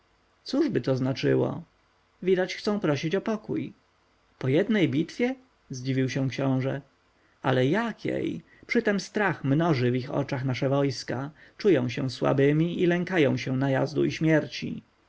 cóżby to znaczyło widać chcą prosić o pokój po jednej bitwie zdziwił się książę ale jakiej przytem strach mnoży w ich oczach nasze wojska czują się słabymi i lękają się najazdu i śmierci